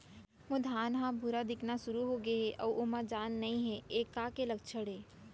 मोर धान ह भूरा दिखना शुरू होगे हे अऊ ओमा जान नही हे ये का के लक्षण ये?